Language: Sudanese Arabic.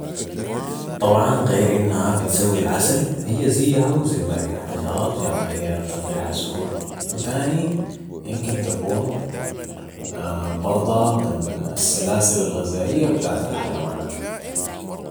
طبعا غير انها بتسوي العسل هي زيها وزي باقي الحشرات في عمليات تلقيح الزهور، وتاني امكن تكون برضها ضمن السلاسل الغزائيه بتاعة الحيوانات